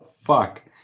fuck